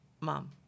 mom